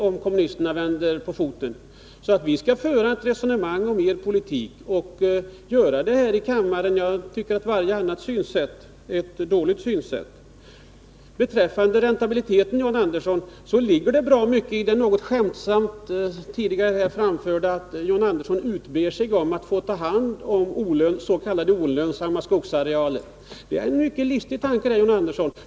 Vi skall alltså föra resonemang om er politik och göra det här i kammaren; jag tycker att varje annat synsätt är ett dåligt synsätt. Beträffande räntabiliteten, John Andersson, ligger det bra mycket i det något skämtsamt här tidigare framförda att John Andersson utber sig om att få ta hand om s.k. olönsamma skogsarealer. Det är en mycket listig tanke, John Andersson.